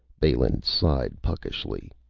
balin sighed puckishly.